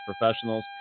professionals